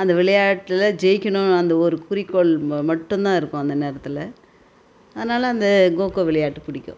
அந்த விளையாட்டில் ஜெயிக்கணும் அந்த ஒரு குறிக்கோள் ம மட்டும்தான் இருக்கும் அந்த நேரத்தில் அதனால அந்த கோகோ விளையாட்டு பிடிக்கும்